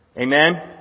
Amen